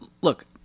look